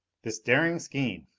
this daring scheme!